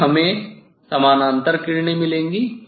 फिर हमें समानांतर किरणें मिलेंगी